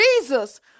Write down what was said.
Jesus